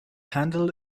handled